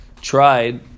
tried